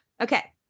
Okay